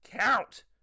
Count